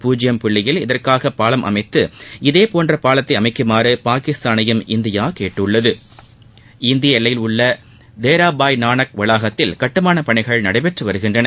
பூஜ்யம் புள்ளியில் இதற்காக பாலம் அமைத்து இதேபோன்ற பாலத்தை அமைக்குமாறு பாகிஸ்தானையும் இந்தியா கேட்டுள்ளது இந்திய எல்லையில் உள்ள தேராபாபா நானக் வளாகத்தில் கட்டுமானப் பணிகள் நடந்து வருகின்றன